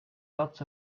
lots